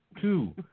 two